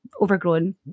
Overgrown